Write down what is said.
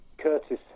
Curtis